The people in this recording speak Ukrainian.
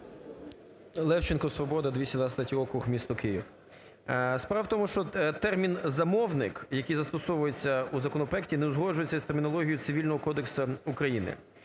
Левченко, "Свобода" 223 округ місто Київ. Справа в тому, що термін "замовник", який застосовується у законопроекті не узгоджується з термінологією Цивільного кодексу України.